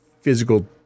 physical